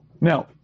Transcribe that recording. Now